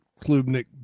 Klubnik